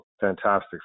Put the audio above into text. fantastic